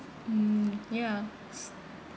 mm ya